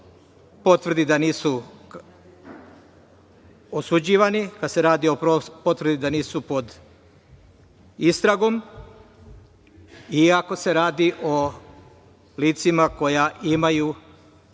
potvrdi da nisu osuđivani, kada se radi o potvrdi da nisu pod istragom i ako se radi o licima koja imaju